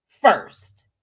First